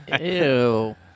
Ew